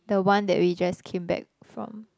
the one that we just came back from